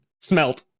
Smelt